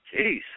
Jeez